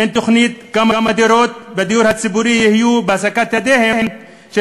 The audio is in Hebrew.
אין תוכנית כמה דירות בדיור הציבורי יהיו בהישג ידם של